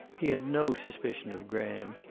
he had no suspicion of graham.